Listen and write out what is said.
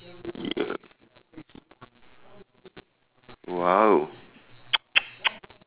!wow!